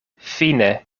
fine